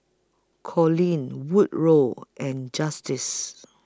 Coleen Woodrow and Justice